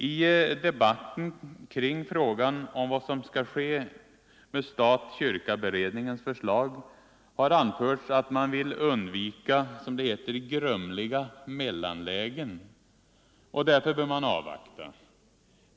I debatten kring frågan om vad som skall ske med stat-kyrka-beredningens förslag har anförts att man vill undvika ”grumliga mellanlägen” och därför bör man avvakta.